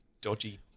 dodgy